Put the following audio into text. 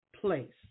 place